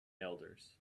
elders